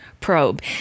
probe